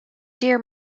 dear